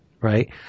Right